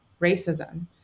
racism